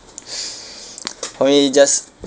I mean it just